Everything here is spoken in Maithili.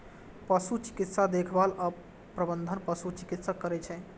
पशु चिकित्सा देखभाल आ प्रबंधन पशु चिकित्सक करै छै